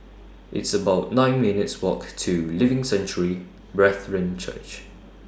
It's about nine minutes' Walk to Living Sanctuary Brethren Church